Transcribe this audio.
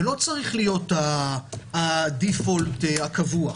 זה לא צריך להיות הדי-פולט הקבוע.